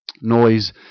Noise